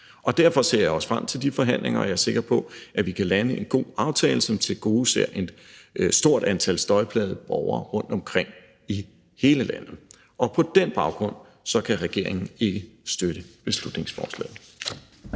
Derfor ser jeg også frem til de forhandlinger, og jeg er sikker på, at vi kan lande en god aftale, som tilgodeser et stort antal støjplagede borgere rundtomkring i hele landet. Og på den baggrund kan regeringen ikke støtte beslutningsforslaget.